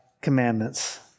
commandments